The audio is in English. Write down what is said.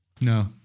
No